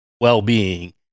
well-being